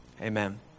Amen